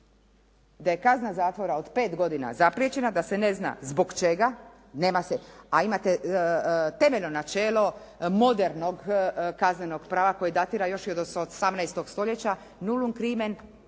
da je kazna zatvora od 5 godina zapriječena, da se ne zna zbog čega, a imate temeljno načelo modernog kaznenog prava koji datira još od 18. stoljeća … /Nema